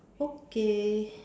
okay